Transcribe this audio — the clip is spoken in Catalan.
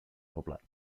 poblat